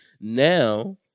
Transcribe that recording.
Now